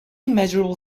measurable